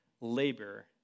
labor